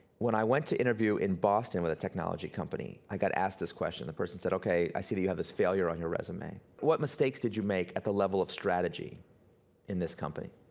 when i went to interview in boston with a technology company, i got asked this question. the person said, okay, i see that you have this failure on your resume, what mistakes did you make at the level of strategy in this company?